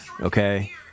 Okay